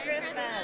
Christmas